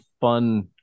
fun